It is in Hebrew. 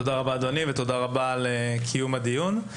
תודה רבה אדוני, תודה על קיום הדיון הזה.